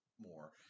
more